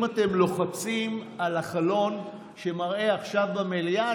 אם אתם לוחצים על החלון שמראה "עכשיו במליאה"